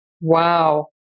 Wow